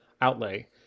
outlay